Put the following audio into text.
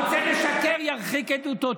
על זה נאמר: הרוצה לשקר ירחיק עדותו.